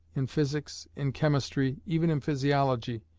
in physics, in chemistry, even in physiology,